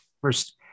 First